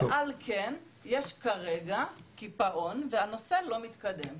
על כן, יש כרגע קיפאון והנושא לא מתקדם.